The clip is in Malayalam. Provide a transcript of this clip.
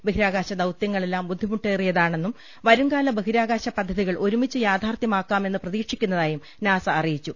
ബഹിരാകാശ ദൌതൃങ്ങളെല്ലാം ബുദ്ധിമുട്ടേറിയ താണെന്നും വരുംകാല ബഹിരാകാശ പദ്ധതികൾ ഒരുമിച്ച് യാഥാർഥ്യമാക്കാമെന്ന് പ്രതീക്ഷിക്കുന്നതായും നാസ അറിയിച്ചു